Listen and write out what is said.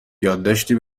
یادداشتی